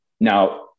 Now